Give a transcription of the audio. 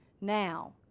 now